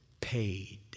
paid